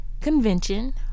convention